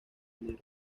enero